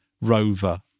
rover